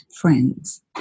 friends